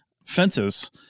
Fences